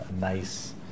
nice